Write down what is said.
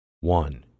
One